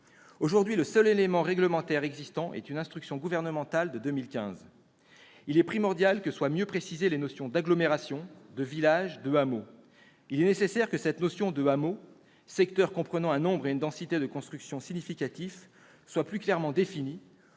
Aujourd'hui, le seul élément réglementaire existant est une instruction gouvernementale de 2015. Il est primordial que soient mieux précisées les notions d'agglomération, de village, de hameau. Il est nécessaire que cette notion de hameau- « secteurs comprenant un nombre et une densité de construction significatifs » -soit plus clairement définie,